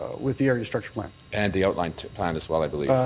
with the area structure plan. and the outlined plan as well, i believe.